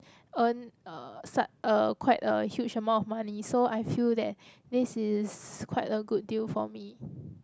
earn uh such uh quite a huge amount of money so I feel that this is quite a good deal for me